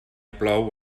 plou